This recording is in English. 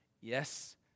Yes